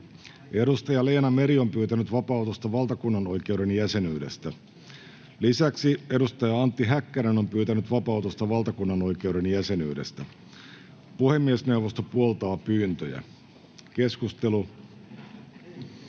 asia. Leena Meri on pyytänyt vapautusta valtakunnanoikeuden jäsenyydestä. Lisäksi Antti Häkkänen on pyytänyt vapautusta valtakunnanoikeuden jäsenyydestä. Puhemiesneuvosto puoltaa pyyntöjä. — Keskustelu,